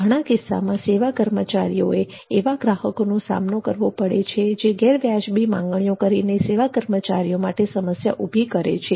ઘણા કિસ્સામાં સેવા કર્મચારીઓ એવા ગ્રાહકોનો સામનો કરવો પડે છે જે ગેરવ્યાજબી માંગણીઓ કરીને સેવા કર્મચારીઓ માટે સમસ્યા ઊભી કરે છે